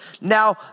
Now